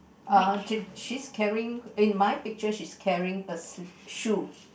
uh she's carrying in my picture she's carrying a shoe